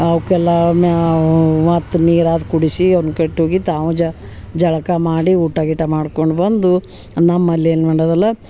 ಅವ್ಕೆಲ್ಲ ಮ್ಯಾವ ಮತ್ತು ನೀರಾದ ಕುಡಿಸಿ ಅವ್ನ ಕಟ್ಟಿ ಹೋಗಿ ತಾವು ಜ ಜಳಕ ಮಾಡಿ ಊಟ ಗಿಟ ಮಾಡ್ಕೊಂಡು ಬಂದು ನಮ್ಮಲೆನ ಮಾಡೋದಲ್ಲ